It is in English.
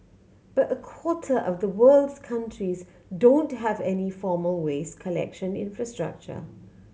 but a quarter of the world's countries don't have any formal waste collection infrastructure